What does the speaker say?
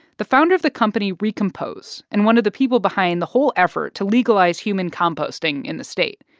the founder of the company recompose and one of the people behind the whole effort to legalize human composting in the state.